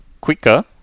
quicker